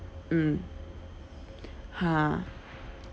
mm ha